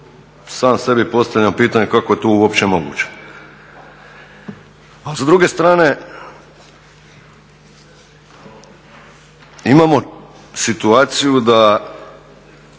sam sebi postavljam pitanje kako je to uopće moguće? A s druge strane imamo situaciju da